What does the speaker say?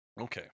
Okay